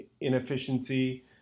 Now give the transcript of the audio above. inefficiency